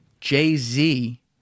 Jay-Z